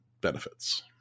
benefits